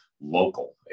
local